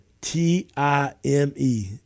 T-I-M-E